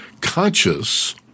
conscious